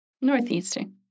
Northeastern